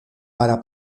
para